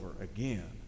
again